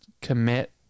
commit